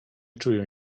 czuję